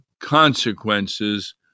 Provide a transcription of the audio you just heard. consequences